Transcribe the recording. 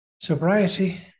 sobriety